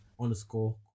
Underscore